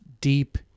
Deep